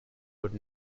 would